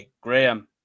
Graham